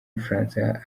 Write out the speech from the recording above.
bufaransa